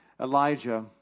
Elijah